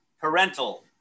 parental